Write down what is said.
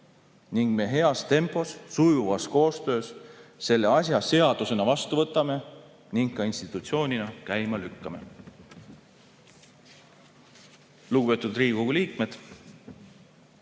ning me heas tempos ja sujuvas koostöös selle asja seadusena vastu võtame ning ka institutsioonina käima lükkame. Lugupeetud Riigikogu liikmed!